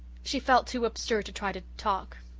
she felt too absurd to try to talk.